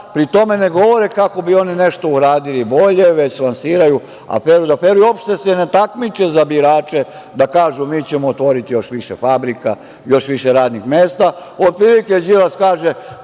pri tome ne govore kako bi oni nešto uradili bolje, već lansiraju aferu za aferom i uopšte se ne takmiče za birače da kažu - mi ćemo otvoriti još više fabrika, još više radnih